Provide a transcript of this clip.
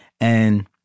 And-